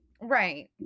right